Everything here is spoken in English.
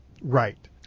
Right